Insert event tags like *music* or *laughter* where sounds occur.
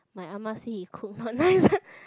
my ah ma say he cook not nice *laughs*